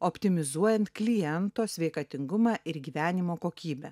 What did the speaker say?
optimizuojant kliento sveikatingumą ir gyvenimo kokybę